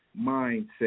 mindset